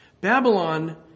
Babylon